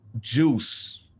Juice